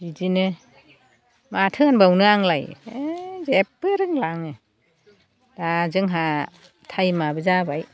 बिदिनो माथो होनबावनो आंलाय होइ जेबो रोंला आङो दा जोंहा थाइमआबो जाबाय